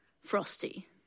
frosty